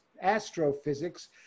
astrophysics